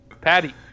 Patty